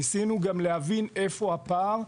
ניסינו גם להבין איפה הפער.